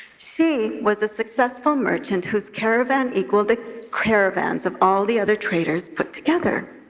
she was a successful merchant whose caravan equaled the caravans of all the other traders put together.